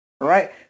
Right